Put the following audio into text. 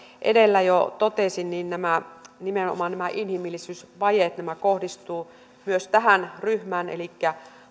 edellä jo totesin nimenomaan nämä inhimillisyysvajeet kohdistuvat myös tähän ryhmään elikkä